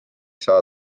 saa